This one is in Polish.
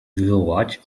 wywołać